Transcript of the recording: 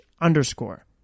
underscore